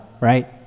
right